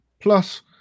Plus